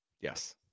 yes